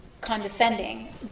condescending